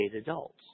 adults